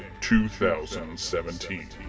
2017